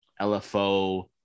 LFO